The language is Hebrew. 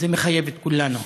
זה מחייב את כולנו.